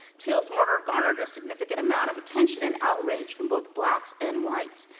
till's murder garnered a significant amount of attention and outrage from both blacks and whites,